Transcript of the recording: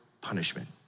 punishment